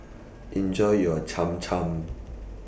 Enjoy your Cham Cham